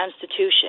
Constitution